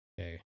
Okay